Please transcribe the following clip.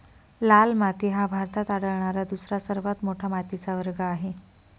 लाल माती हा भारतात आढळणारा दुसरा सर्वात मोठा मातीचा वर्ग आहे